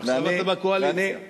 עכשיו אתם בקואליציה.